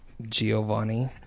Giovanni